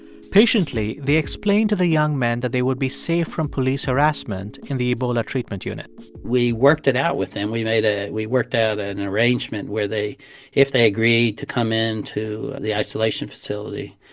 patiently, they explained to the young men that they would be safe from police harassment in the ebola treatment unit we worked it out with them. we made a we worked out an arrangement where they if they agreed to come in to the isolation facility.